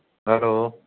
hello